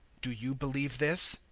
do you believe this?